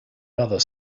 rather